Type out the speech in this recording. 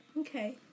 Okay